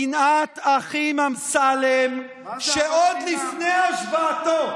דודי "שנאת אחים" אמסלם עוד לפני השבעתו